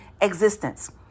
existence